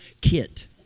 kit